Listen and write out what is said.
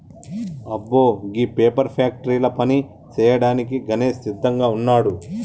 అబ్బో గీ పేపర్ ఫ్యాక్టరీల పని సేయ్యాడానికి గణేష్ సిద్దంగా వున్నాడు